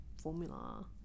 formula